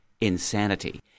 insanity